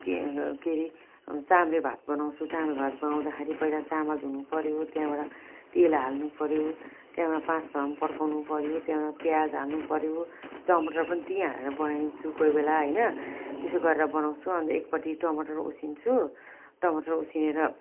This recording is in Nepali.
के के अरे चाम्रे भात बनाउँछु चाम्रो भात बनाउँदाखेरि पहिला चामल धुनु पर्यो त्यहाँबाट तेल हाल्नु पर्यो त्यहाँबाट पाँच फोरन पड्काउनु पर्यो त्यहाँबाट प्याज हाल्नु पर्यो टमाटर पनि त्यहीँ नै हालेर बनाइदिन्छु कोही बेला होइन त्यसो गरेर बनाउँछु अनि एकपट्टि टमाटर उसिन्छु टमाटर उसिनेर